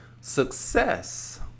Success